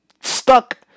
stuck